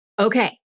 Okay